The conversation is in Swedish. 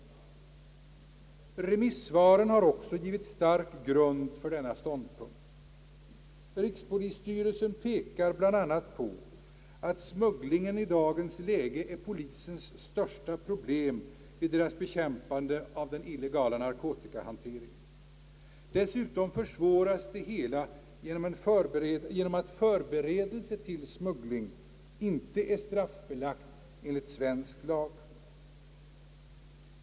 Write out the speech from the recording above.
Remissvaren har också givit stark grund för denna ståndpunkt. Rikspolisstyrelsen pekar bl.a. på att smugglingen i dagens läge är polisens största problem vid bekämpandet av den illegala narkotikahanteringen. Dessutom försvåras det hela genom att förberedelse till smuggling inte är straffbelagt enligt svensk lag.